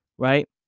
Right